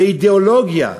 זה אידיאולוגיה,